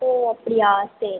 ஓ அப்படியா சரி